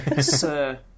sir